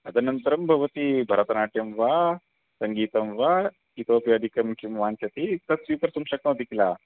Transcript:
तदनन्तरं भवती भरतनाट्यं वा सङ्गीतं वा इतोपि अधिकं किं वाञ्छति तत् स्वीकर्तुं शक्नोति किल